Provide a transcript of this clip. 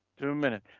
two minutes.